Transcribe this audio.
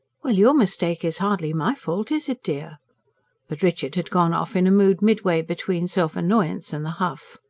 well, your mistake is hardly my fault, is it, dear? but richard had gone off in a mood midway between self-annoyance and the huff.